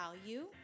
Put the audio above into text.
value